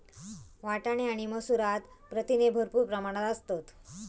वाटाणे आणि मसूरात प्रथिने भरपूर प्रमाणात असतत